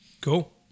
Cool